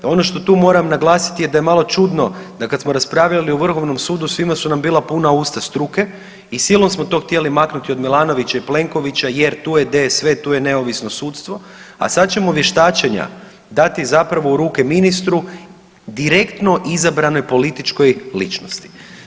Ono što tu moram naglasiti je da je malo čudno da kad smo raspravljali o vrhovnom sudu svima su nam bila puna usta struke i silom smo to htjeli maknuti od Milanovića i Plenkovića jer tu je DSV, tu je neovisno sudstvo, a sad ćemo vještačenja dati zapravo u ruke ministru direktno izabranoj političkoj ličnosti.